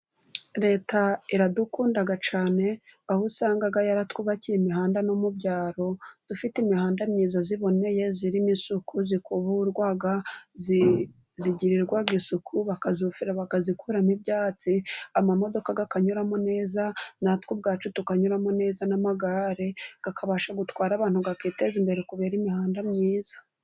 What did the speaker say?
Leta iradukunda cyane, aho usanga yaratwubakiye imihanda no mu byaro, dufite imihanda myiza iboneye, irimo isuku ikuburwa igirirwa isuku bakayifuhira, bakayikuramo ibyatsi, amamodoka akanyuramo neza natwe ubwacu tukanyuramo neza n'amagare, akabasha gutwara abantu akiteza imbere kubera imihanda myiza.